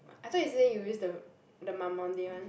I thought you say you use the the Mamonde [one]